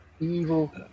Evil